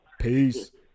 Peace